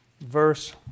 Verse